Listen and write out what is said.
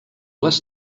les